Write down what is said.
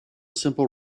simple